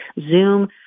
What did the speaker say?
Zoom